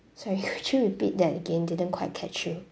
sorry could you repeat that again didn't quite catch you